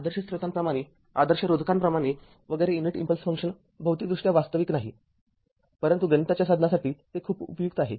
आदर्श स्त्रोतांप्रमाणे आदर्श रोधकांप्रमाणे वगैरे युनिट इम्पल्स फंक्शन भौतिकदृष्ट्या वास्तविक नाही परंतु गणिताच्या साधनासाठी ते खूप उपयुक्त आहे